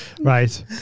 Right